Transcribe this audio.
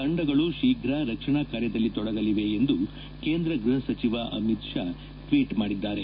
ತಂಡಗಳು ಶೀಘ್ರ ರಕ್ಷಣಾ ಕಾರ್ಯದಲ್ಲಿ ತೊಡಗಲಿವೆ ಎಂದು ಕೇಂದ್ರ ಗ್ಟಪ ಸಚಿವ ಅಮಿತ್ ಶಾ ಟ್ನೀಟ್ ಮಾಡಿದ್ದಾರೆ